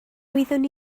wyddwn